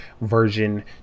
version